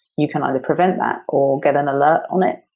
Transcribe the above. you can either prevent that or get an alert on it.